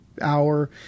hour